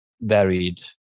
varied